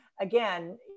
Again